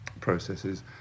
processes